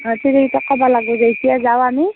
অঁ তিৰি কেইটাক ক'ব লাগিব এতিয়া যাওঁ আমি